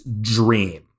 dream